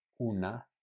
una